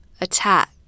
attack